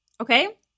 okay